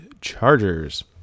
Chargers